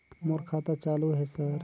मोर खाता चालु हे सर?